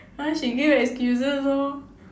!huh! she gave excuses lor